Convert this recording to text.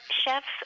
chefs